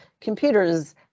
computers